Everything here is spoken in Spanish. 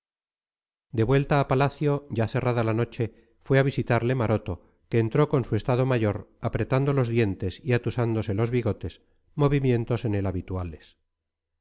de vuelta a palacio ya cerrada la noche fue a visitarle maroto que entró con su estado mayor apretando los dientes y atusándose los bigotes movimientos en él habituales